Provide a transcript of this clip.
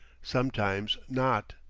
sometimes not.